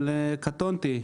אבל קטונתי.